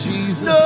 Jesus